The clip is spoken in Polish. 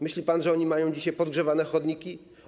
Myśli pan, że one mają dzisiaj podgrzewane chodniki?